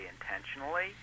intentionally